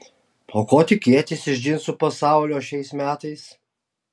o ko tikėtis iš džinsų pasaulio šiais metais